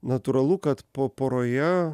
natūralu kad po poroje